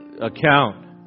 account